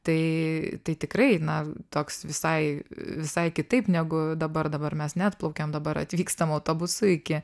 tai tai tikrai na toks visai visai kitaip negu dabar dabar mes neatplaukiam dabar atvykstam autobusu iki